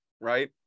right